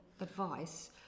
advice